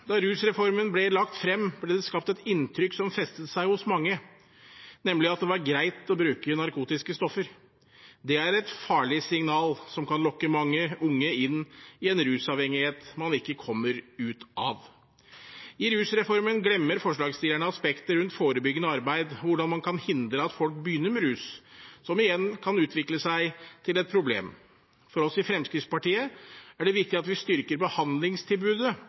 Da rusreformen ble lagt frem, ble det skapt et inntrykk som festet seg hos mange, nemlig at det var greit å bruke narkotiske stoffer. Det er et farlig signal som kan lokke mange unge inn i en rusavhengighet man ikke kommer ut av. I rusreformen glemmer forslagsstillerne aspektet rundt forebyggende arbeid, hvordan man kan hindre at folk begynner med rus, som igjen kan utvikle seg til et problem. For oss i Fremskrittspartiet er det viktig at vi styrker behandlingstilbudet